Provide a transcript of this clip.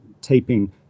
taping